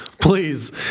please